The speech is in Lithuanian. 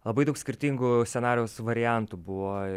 labai daug skirtingų scenarijaus variantų buvo